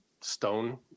stone